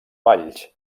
valls